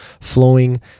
flowing